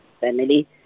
family